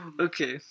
okay